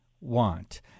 want